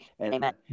Amen